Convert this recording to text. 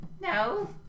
No